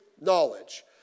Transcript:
knowledge